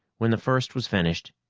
when the first was finished,